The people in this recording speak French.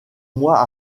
mois